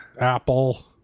apple